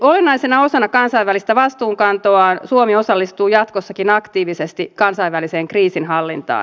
olennaisena osana kansainvälistä vastuunkantoaan suomi osallistuu jatkossakin aktiivisesti kansainväliseen kriisinhallintaan